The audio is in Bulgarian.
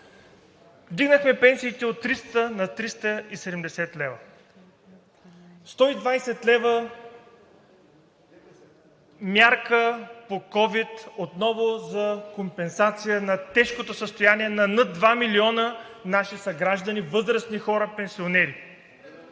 Вдигнахме пенсиите от 300 на 370 лв., 120 лв. мярка по ковид – отново за компенсация на тежкото състояние на над 2 милиона наши съграждани, възрастни хора, пенсионери,